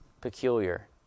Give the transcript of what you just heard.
peculiar